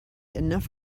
enough